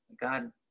God